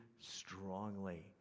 strongly